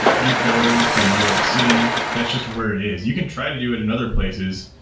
you go to new york city, that's just where it is. you can try to do it in other places,